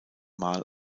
mal